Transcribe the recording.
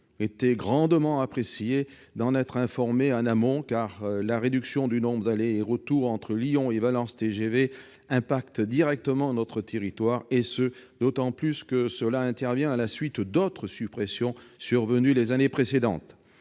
auraient grandement apprécié d'en être informés en amont, car la réduction du nombre d'allers-retours entre Lyon et Valence-TGV impacte directement notre territoire, d'autant que cela intervient à la suite d'autres suppressions survenues les années précédentes.